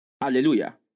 Hallelujah